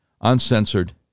uncensored